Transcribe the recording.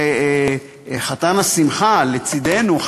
שחתן השמחה לצדנו,